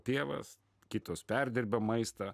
pievas kitos perdirba maistą